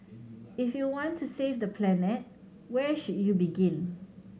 if you want to save the planet where should you begin